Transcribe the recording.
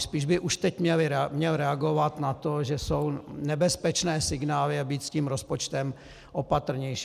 Spíš by už teď měl reagovat na to, že jsou nebezpečné signály, a být s tím rozpočtem opatrnější.